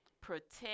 protect